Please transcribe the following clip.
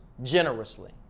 generously